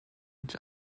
each